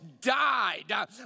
died